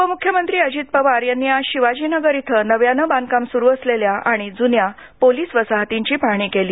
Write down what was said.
उपमुख्यमंत्री अजित पवार यांनी आज शिवाजीनगर येथील नव्याने बांधकाम सुरू असलेल्या आणि जुन्या पोलीस वसाहतीची पाहणी केली